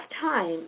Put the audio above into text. time